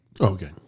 Okay